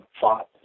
fought